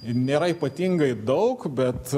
nėra ypatingai daug bet